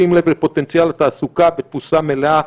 בשים לב לפוטנציאל התעסוקה בתפוסה מלאה,